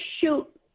shoot